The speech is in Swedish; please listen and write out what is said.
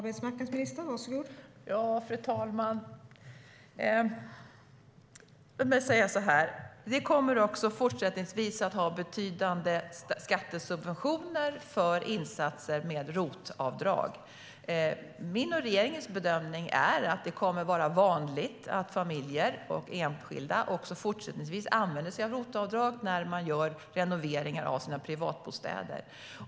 Fru talman! Låt mig säga så här: Vi kommer också fortsättningsvis att ha betydande skattesubventioner för insatser med ROT-avdrag. Min och regeringens bedömning är att det kommer att vara vanligt att familjer och enskilda också i fortsättningen använder sig av ROT-avdrag när man gör renoveringar av sina privatbostäder.